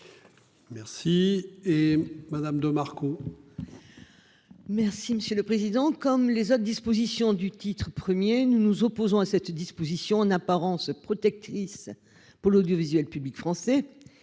Merci et Madame de Marco. Merci monsieur le président comme les autres dispositions du titre 1er. Nous nous opposons à cette disposition en apparence protectrice pour l'audiovisuel public français.